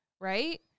Right